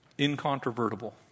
incontrovertible